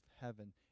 heaven